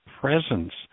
presence